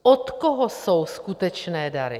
Od koho jsou skutečné dary?